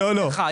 אני אגיד לך.